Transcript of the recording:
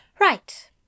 Right